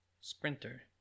Sprinter